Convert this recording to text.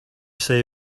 say